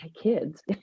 kids